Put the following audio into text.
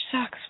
sucks